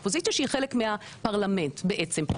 האופוזיציה שהיא חלק מהפרלמנט בעצם.